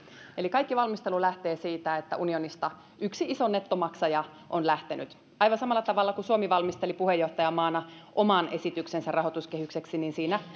eli kaikki valmistelu lähtee siitä että unionista yksi iso nettomaksaja on lähtenyt aivan samalla tavalla kun suomi valmisteli puheenjohtajamaana oman esityksensä rahoituskehykseksi niin siinä